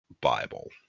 bible